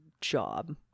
job